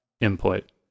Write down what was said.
input